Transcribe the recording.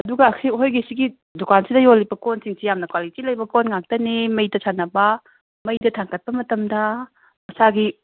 ꯑꯗꯨꯒ ꯁꯤ ꯑꯩꯈꯣꯏꯒꯤ ꯁꯤꯒꯤ ꯀꯨꯀꯥꯟꯁꯤꯗ ꯌꯣꯜꯂꯤꯕ ꯀꯣꯟꯁꯤꯡꯁꯤ ꯌꯥꯝꯅ ꯀ꯭ꯋꯥꯂꯤꯇꯤ ꯂꯩꯕ ꯀꯣꯟ ꯉꯥꯛꯇꯅꯤ ꯃꯩꯗ ꯁꯥꯟꯅꯕ ꯃꯩꯗ ꯊꯥꯡꯀꯠꯄ ꯃꯇꯝꯗ ꯃꯁꯥꯒꯤ